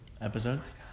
episodes